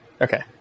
Okay